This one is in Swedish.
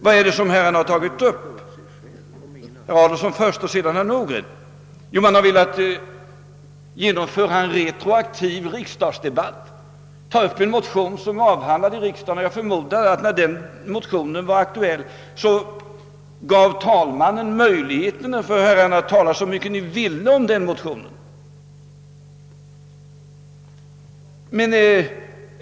Vad är det som herrarna tagit upp, först herr Adolfsson och sedan herr Nordgren? Jo, ni har velat genomföra en retroaktiv riksdagsdebatt kring en motion som redan har avhandlats i riksdagen. Jag förmodar att när motionen var aktuell så gav talmannen möjlighet för herrarna att tala så mycket ni ville.